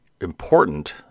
important